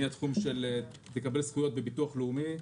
מהתחום של: תקבל זכויות בביטוח לאומי,